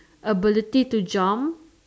ability to jump